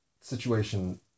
situation